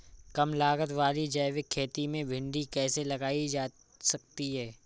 कम लागत वाली जैविक खेती में भिंडी कैसे लगाई जा सकती है?